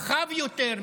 רחב יותר,